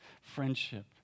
friendship